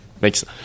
makes